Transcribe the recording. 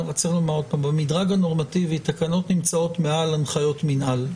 במדרג הנורמטיבי תקנות נמצאות מעל הנחיות מינהל.